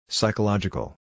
Psychological